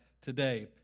today